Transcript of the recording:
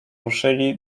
ruszyli